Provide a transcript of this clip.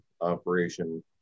operation